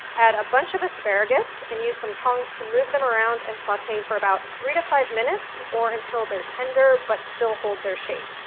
add a bunch of asparagus and use some tongs to move them around and saute for about three to five minutes or until they're tender but still hold their shape.